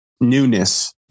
newness